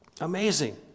Amazing